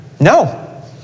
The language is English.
No